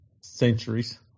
centuries